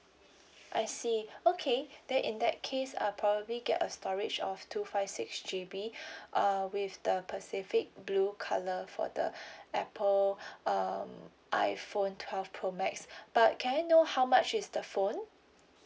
I see okay then in that case I probably get a storage of two five six G_B err with the pacific blue colour for the apple um iphone twelve pro max but can I know how much is the phone